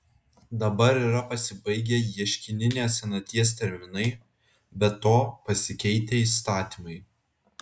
dabar yra pasibaigę ieškininės senaties terminai be to pasikeitę įstatymai